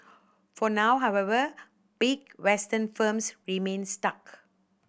for now however big Western firms remain stuck